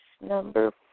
number